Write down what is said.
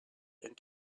and